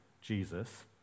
Jesus